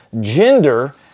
gender